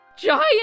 Giant